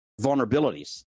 vulnerabilities